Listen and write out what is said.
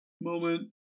moment